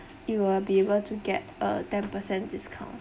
you will be able to get a ten percent discount